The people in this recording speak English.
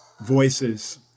voices